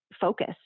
focus